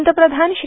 पंतप्रधान श्री